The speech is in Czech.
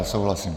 Souhlasím.